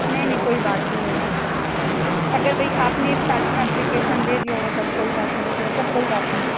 نہیں نہیں کوئی بات نہیں ہوگی اگر بھائی آپ نے اسٹاٹنگ میں اپلیکیشن دے دیا ہوتا تو کوئی بات نہیں ہوتی ویسے اب کوئی بات نہیں ہے